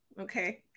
Okay